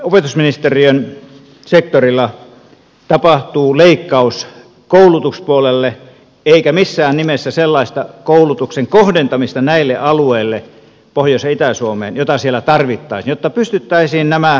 opetusministeriön sektorilla tapahtuu leikkaus koulutuspuolelle eikä missään nimessä sellaista koulutuksen kohdentamista näille alueille pohjois ja itä suomeen jota siellä tarvittaisiin jotta pystyttäisiin nämä työpaikat täyttämään